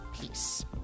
Peace